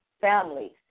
families